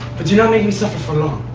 but do not make me suffer long.